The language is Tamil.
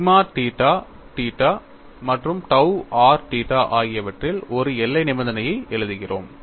சிக்மா தீட்டா தீட்டா மற்றும் tau r தீட்டா ஆகியவற்றில் ஒரு எல்லை நிபந்தனையை எழுதுகிறோம்